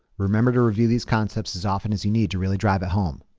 remember to review these concepts as often as you need to really drive it home.